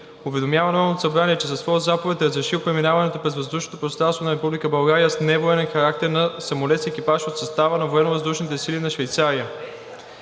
уведомява Народното събрание, че със своя заповед е разрешил преминаването през въздушното пространство на Република България с невоенен характер на самолет с екипаж от състава на Военновъздушните